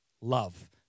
love